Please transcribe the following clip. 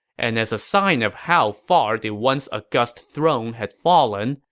and as a sign of how far the once-august throne had fallen,